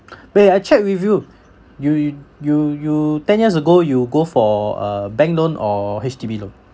beh I check with you you y~ you you ten years ago you go for uh bank loan or H_D_B loan